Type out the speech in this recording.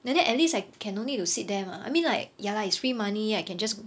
like that at least I can no need to sit there mah I mean like ya lah it's free money I can just